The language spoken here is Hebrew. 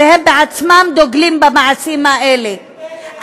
והם עצמם דוגלים במעשים האלה,